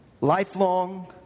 Lifelong